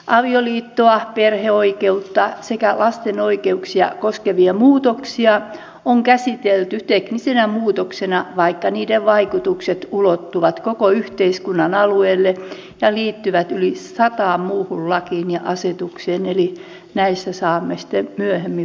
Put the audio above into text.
avioliittoa perheoikeutta sekä lasten oikeuksia koskevia muutoksia on käsitelty teknisinä muutoksina vaikka niiden vaikutukset ulottuvat koko yhteiskunnan alueelle ja liittyvät yli sataan muuhun lakiin ja asetukseen eli näistä saamme sitten myöhemmin varmaan keskustella